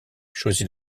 choisit